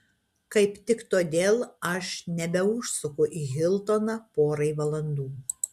kaip tik todėl aš nebeužsuku į hiltoną porai valandų